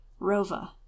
Rova